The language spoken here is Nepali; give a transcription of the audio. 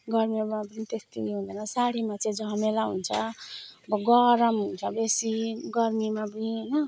गर्मीमा पनि त्यस्तो नि हुँदैन साडीमा चाहिँ झमेला हुन्छ अब गरम हुन्छ बेसी गर्मीमा पनि होइन